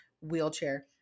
wheelchair